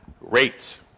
Rates